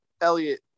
Elliot